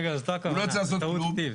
רגע, זאת לא הכוונה, זו טעות כתיב.